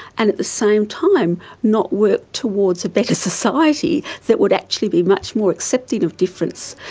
and at the same time not work towards a better society that would actually be much more accepting of difference,